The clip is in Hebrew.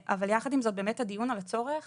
יחד עם זאת, נראה לי שהדיון על הצורך